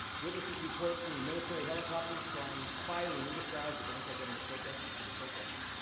witnesses report seeing military helicopters firing firing into crowds of anti-government protestors. so, they're protesting,